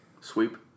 Sweep